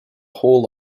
whole